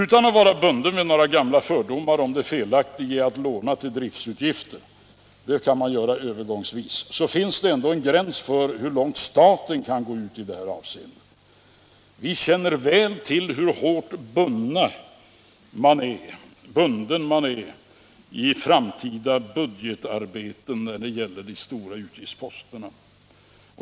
Utan att vara bunden vid gamla fördomar om det felaktiga i att låna till driftsutgifter — det kan man göra övergångsvis — vill jag ändå konstatera att det finns en gräns för hur långt staten kan gå i detta avseende. Vi känner väl till hur hårt bunden man är i framtida budgetarbeten när det gäller de stora utgiftsposterna.